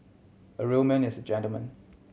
a real man is a gentleman